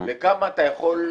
לכמה אתה יכול,